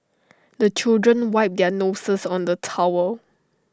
the children wipe their noses on the towel